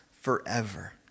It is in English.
forever